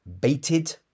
baited